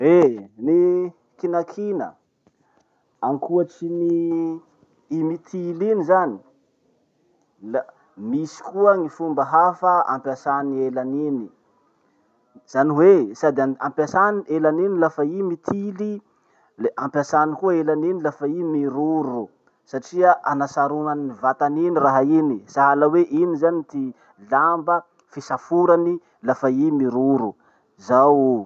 Eh! Ny kinakina ankoatrin'ny i mitily iny zany, la misy koa gny fomba hafa ampiasany elany iny. Zany hoe sady an- ampiasany elany iny lafa i mitily le ampiasany koa elany iny lafa i miroro satria anasaronany vatany iny raha iny. Sahala hoe, iny zany ty lamba fisaforany lafa i miroro. Zao o.